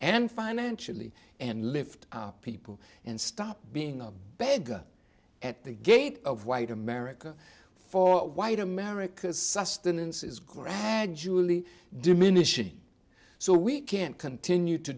and financially and lift our people and stop being a beggar at the gate of white america for white america's sustenance is gradually diminishing so we can't continue to